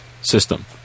system